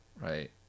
right